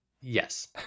yes